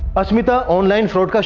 but and online fraud